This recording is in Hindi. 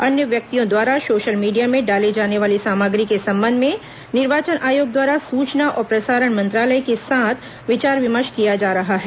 अन्य व्यक्तियों द्वारा सोशल मीडिया में डाले जाने वाली सामग्री के संबंध में निर्वाचन आयोग द्वारा सूचना और प्रसारण मंत्रालय के साथ विचार विमर्श किया जा रहा है